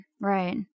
Right